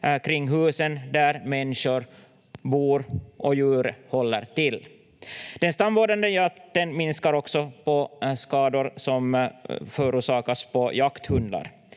kring husen där människor bor och djur håller till. Den stamvårdande jakten minskar också på skador som förorsakas på jakthundar.